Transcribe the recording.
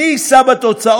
מי יישא בתוצאות?